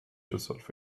yourself